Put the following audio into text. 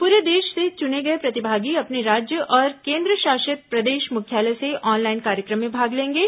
pray देश से चुने गए प्रतिभागी अपने राज्य और केंद्रशासित प्रदेश मुख्यालय से ऑनलाइन कार्यक्रम में भाग लेंगे